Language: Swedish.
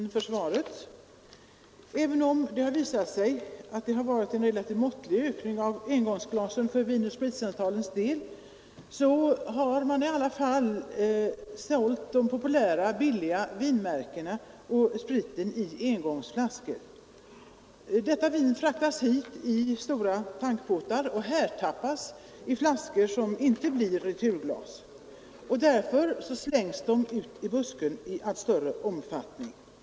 Herr talman! Jag ber att få tacka finansministern för svaret. Även om det har visat sig att användningen av engångsglasen har ökat i relativt måttlig omfattning för Vin & spritcentralens del har man i alla fall sålt de populära billiga vinmärkena i engångsflaskor. Detta vin fraktas hit i stora tankbåtar och härtappas i flaskor som inte blir returglas. Därför slängs de i allt större omfattning ut i buskarna.